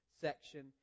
section